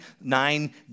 nine